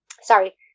sorry